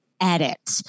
edit